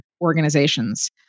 organizations